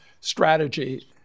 strategy